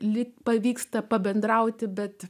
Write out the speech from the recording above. lyg pavyksta pabendrauti bet